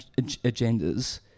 agendas